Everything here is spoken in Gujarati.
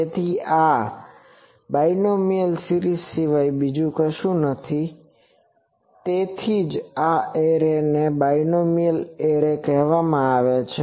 તેથી આ બાઇનોમિયલ સિરીઝ સિવાય બીજું કશું નથીતેથી જ આ એરે ને બાઇનોમિયલ એરે કહેવામાં આવે છે